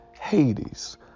Hades